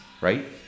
right